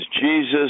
Jesus